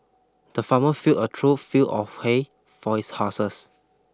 the farmer filled a trough full of hay for his horses